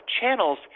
channels